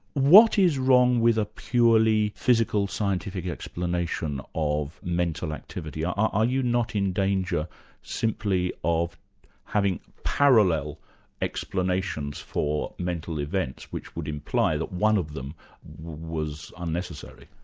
what is wrong with a purely physical scientific explanation of mental activity? are are you not in danger simply of having parallel explanations for mental events, which would imply that one of them was unnecessary?